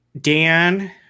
Dan